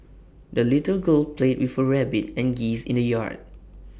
the little girl played with her rabbit and geese in the yard